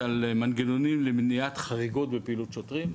מנגנונים למניעת חריגות בפעילות שוטרים.